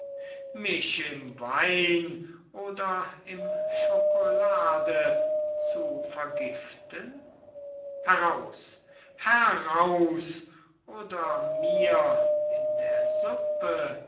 mir im wein oder im chokolade zu vergeben heraus heraus oder mir in der suppe